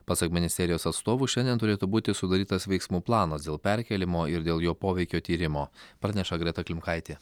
pasak ministerijos atstovų šiandien turėtų būti sudarytas veiksmų planas dėl perkėlimo ir dėl jo poveikio tyrimo praneša greta klimkaitė